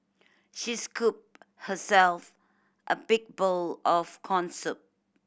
she scooped herself a big bowl of corn soup